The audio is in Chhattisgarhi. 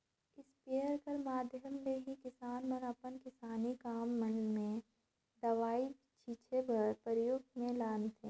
इस्पेयर कर माध्यम ले ही किसान मन अपन किसानी काम मन मे दवई छीचे बर परियोग मे लानथे